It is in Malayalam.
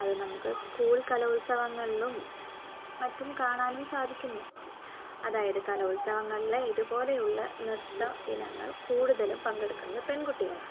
അത് നമുക്ക് സ്കൂൾ കലോത്സവങ്ങളിലും മറ്റും കാണാനും സാധിക്കുന്നു അതായത് കലോത്സവങ്ങളിൽ ഇതുപോലെയുള്ള നൃത്ത ഇനങ്ങൾ കൂടുതലും പങ്കെടുക്കുന്നത് പെൺകുട്ടികളാണ്